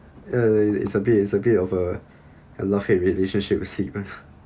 uh it's a bit it's a bit of a love hate relationship with sleep lah